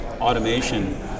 automation